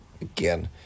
again